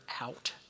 out